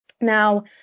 Now